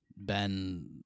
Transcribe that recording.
Ben